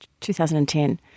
2010